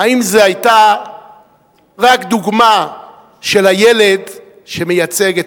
האם זו היתה רק דוגמה של הילד שמייצג את